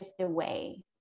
away